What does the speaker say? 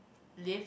live